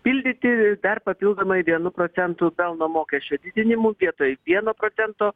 pildyti dar papildomai vienu procentu pelno mokesčio didinimu vietoj vieno procento